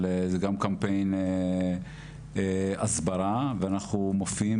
אבל זה גם קמפיין הסברה ואנחנו מופיעים